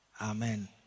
amen